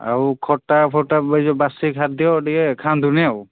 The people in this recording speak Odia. ଆଉ ଖଟାଫଟା ଏ ଯେଉଁ ବାସି ଖାଦ୍ୟ ଟିକେ ଖାଆନ୍ତୁନି ଆଉ